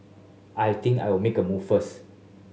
I think I'll make a move first